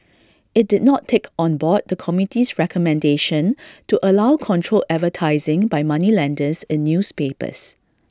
IT did not take on board the committee's recommendation to allow controlled advertising by moneylenders in newspapers